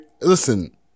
listen